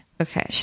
Okay